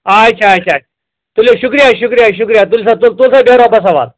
آچھا اَچھا تُلِو شُکرِیہ شُکرِیہ شُکریہ تُل سا تُل تُل سا بیٚہہ رۄبَس حَوالہٕ